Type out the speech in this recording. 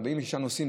של 46 נוסעים,